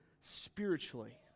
spiritually